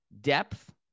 Depth